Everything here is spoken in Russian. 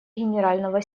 генерального